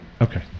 Okay